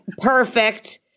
perfect